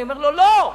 אני אומר לו: לא.